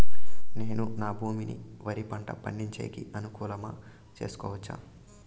నేను నా భూమిని వరి పంట పండించేకి అనుకూలమా చేసుకోవచ్చా?